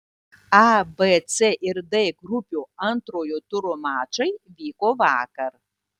a b c ir d grupių antrojo turo mačai vyko vakar